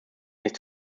nicht